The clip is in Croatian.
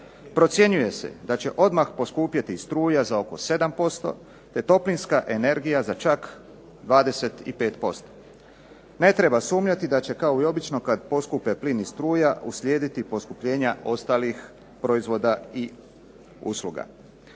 Procjenjuje se da će odmah poskupjeti i struja za oko 7% te toplinska energija za čak 25%. Ne treba sumnjati da će kao i obično kad poskupe plin i struja uslijediti poskupljenja ostalih proizvoda i usluga.